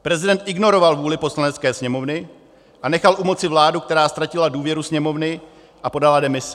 Prezident ignoroval vůli Poslanecké sněmovny a nechal u moci vládu, která ztratila důvěru Sněmovny a podala demisi.